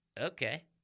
Okay